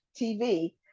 TV